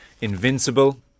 Invincible